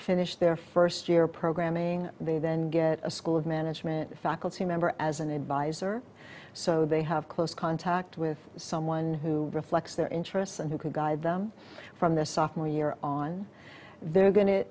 finish their first year programming they then get a school of management faculty member as an advisor so they have close contact with someone who reflects their interests and who could guide them from their sophomore year on they're go